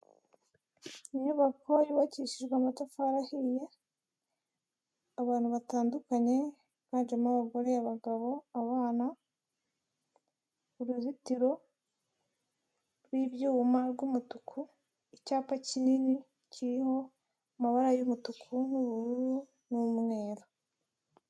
Inyubako yubakishijwe amatafari ahiye, abantu batandukanye biganjemo abagore, abagabo, abana. Uruzitiro rw'ibyuma rw'umutuku, icyapa kinini kiriho amabara y'umutuku n'ubururu n'umweru.